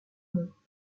monts